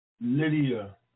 Lydia